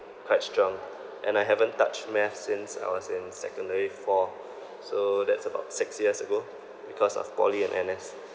quite strong and I haven't touched math since I was in secondary four so that's about six years ago because of poly and N_S